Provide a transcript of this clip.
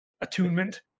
attunement